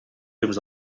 llums